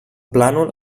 plànol